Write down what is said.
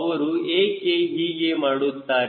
ಅವರು ಏಕೆ ಹೀಗೆ ಮಾಡುತ್ತಾರೆ